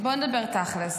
בוא נדבר תכלס.